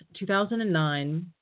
2009